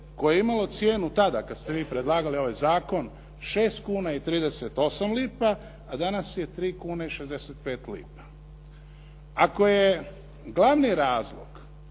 koje je imalo cijenu tada kada ste vi predlagali ovaj zakon 6 kuna i 38 lipa, a danas je 3 kune i 65 lipa. Ako je glavni razlog